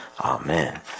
Amen